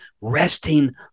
resting